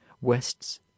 West's